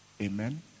Amen